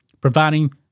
providing